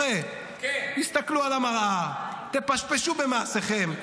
חבר'ה, תסתכלו במראה, תפשפשו במעשיכם.